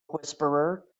whisperer